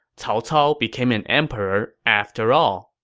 cao cao became an emperor after all